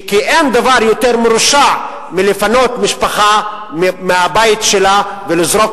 כי אין דבר יותר מרושע מלפנות משפחה מהבית שלה ולזרוק